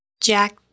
Jack